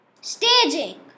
staging